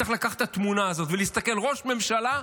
צריך לקחת את התמונה הזאת ולהסתכל: ראש הממשלה,